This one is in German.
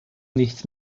nichts